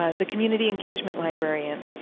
ah the community engagement librarian.